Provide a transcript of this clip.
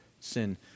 sin